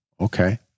okay